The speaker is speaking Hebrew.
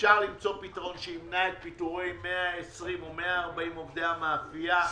אפשר למצוא פתרון שימנע את פיטורי 120 או 140 עובדי המאפייה.